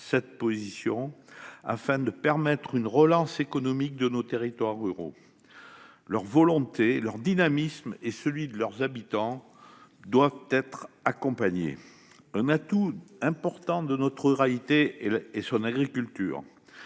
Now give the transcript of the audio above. européen, afin de permettre une relance économique de nos territoires ruraux. La volonté et le dynamisme de leurs habitants doivent être accompagnés. Un atout important de notre ruralité est son agriculture.